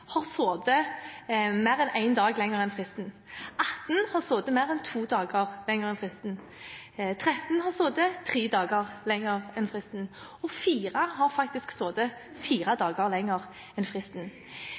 mer enn en dag lenger enn fristen, 18 har sittet mer enn to dager lenger enn fristen, 13 har sittet tre dager lenger enn fristen, og fire har